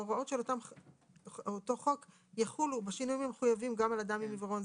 ההוראות של אותו חוק יחולו בשינויים המחויבים גם על אדם עם עיוורון,